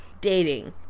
dating